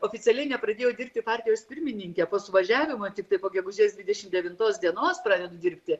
oficialiai nepradėjo dirbti partijos pirmininke po suvažiavimo tiktai po gegužės dvidešimt devintos dienos pradedu dirbti